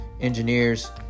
engineers